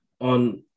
on